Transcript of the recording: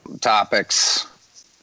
topics